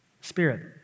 Spirit